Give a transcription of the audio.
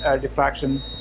diffraction